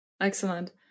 Excellent